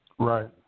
Right